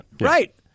Right